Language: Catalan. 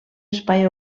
espai